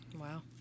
Wow